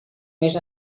més